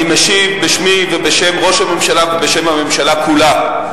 אני משיב בשמי ובשם ראש הממשלה ובשם הממשלה כולה.